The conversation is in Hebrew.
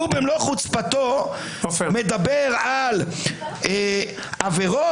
הוא במלוא חוצפתו מדבר על עבירות?